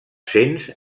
cents